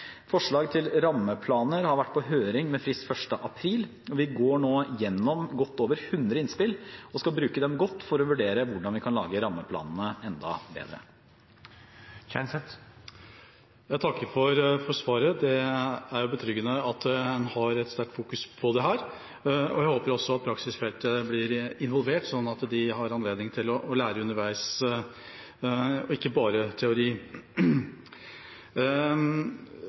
Forslag til rammeplaner har vært på høring, med frist 1. april, og vi går nå igjennom godt over 100 innspill og skal bruke dem godt for å vurdere hvordan vi kan lage rammeplanene enda bedre. Jeg takker for svaret. Det er betryggende at man har et sterkt fokus på dette, og jeg håper også at praksisfeltet blir involvert, slik at de har anledning til å lære underveis, og ikke bare teori.